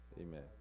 amen